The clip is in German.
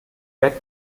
werde